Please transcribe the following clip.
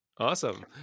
Awesome